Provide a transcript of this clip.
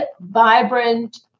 vibrant